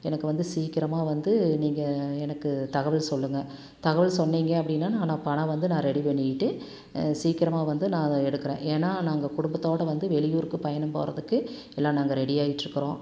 எனக்கு வந்து சீக்கிரமாக வந்து நீங்கள் எனக்கு தகவல் சொல்லுங்கள் தகவல் சொன்னிங்க அப்படின்னா நான் நான் பணம் வந்து நான் ரெடி பண்ணிட்டு சீக்கிரமாக வந்து நான் அதை எடுக்கிறேன் ஏன்னா நாங்கள் குடும்பத்தோடு வந்து வெளியூருக்கு பயணம் போகிறதுக்கு எல்லாம் நாங்கள் ரெடியாயிட்ருக்கிறோம்